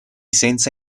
senza